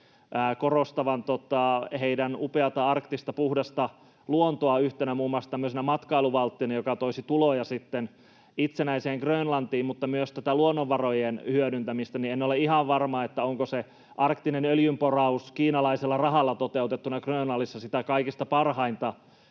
korostavan upeata arktista, puhdasta luontoaan muun muassa yhtenä tämmöisenä matkailuvalttina, joka toisi tuloja itsenäiseen Grönlantiin, mutta myös luonnonvarojen hyödyntämistä. En ole ihan varma, onko se arktinen öljynporaus kiinalaisella rahalla toteutettuna Grönlannissa sitä kaikista parhainta